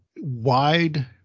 wide